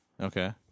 okay